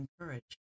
encourage